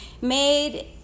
made